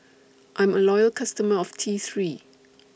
I'm A Loyal customer of T three